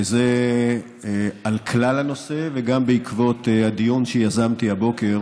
וזה על כלל הנושא, וגם בעקבות הדיון שיזמתי הבוקר